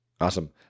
Awesome